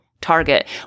target